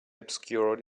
obscured